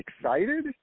excited